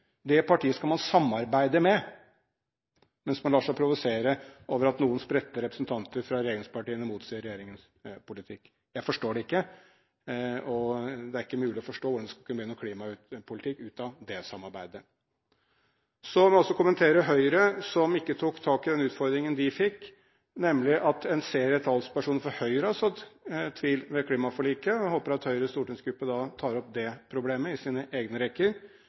det partiet skal man samarbeide med, mens man lar seg provosere av at noen spredte representanter for regjeringspartiene motsier regjeringens politikk! Jeg forstår det ikke. Det er ikke mulig å forstå hvordan det skal kunne bli en klimapolitikk ut av det samarbeidet. La meg også kommentere Høyre som ikke tok tak i den utfordringen de fikk, nemlig at en serie talspersoner fra Høyre har sådd tvil om klimaforliket. Jeg håper at Høyres stortingsgruppe tar opp det problemet i sine egne rekker.